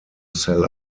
sell